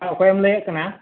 ᱦᱮᱸ ᱚᱠᱚᱭᱮᱢ ᱞᱟᱹᱭᱮᱫ ᱠᱟᱱᱟ